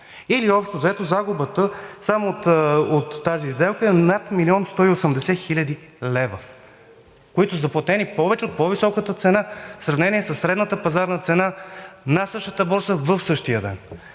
Или общо взето загубата само от тази сделка е над 1 млн. 180 хил. лв., които са заплатени повече, от по-високата цена, в сравнение със средната пазарна цена на същата борса в същия ден.